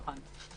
נכון.